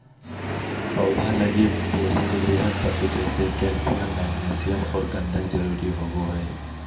पौधा लगी पोषक वृहत तत्व जैसे कैल्सियम, मैग्नीशियम औरो गंधक जरुरी होबो हइ